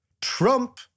Trump